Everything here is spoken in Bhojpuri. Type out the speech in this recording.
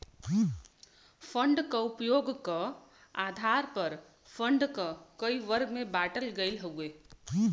फण्ड क उपयोग क आधार पर फण्ड क कई वर्ग में बाँटल गयल हउवे